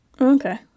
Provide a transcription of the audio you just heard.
Okay